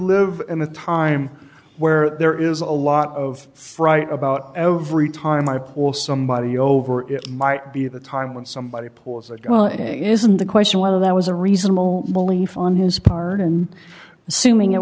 live in a time where there is a lot of fright about every time i pull somebody over it might be the time when somebody pulls that go and isn't the question whether that was a reasonable belief on his part and assuming it